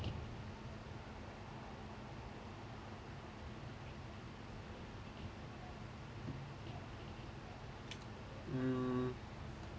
mm